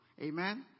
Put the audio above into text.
Amen